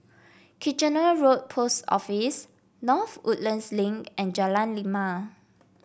Kitchener Road Post Office North Woodlands Link and Jalan Lima